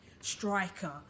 striker